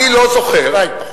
שניים פחות.